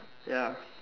ya